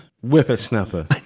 Whippersnapper